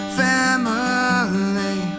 family